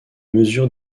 mesure